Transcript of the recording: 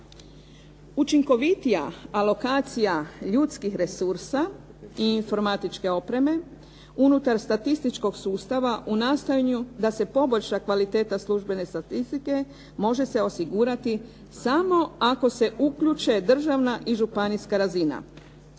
Učinkovitija alokacija ljudskih resursa i informatičke opreme unutar statističkog sustava u nastojanju da se poboljša kvaliteta službene statistike može se osigurati samo ako se uključe državna i županijska razina.